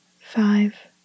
Five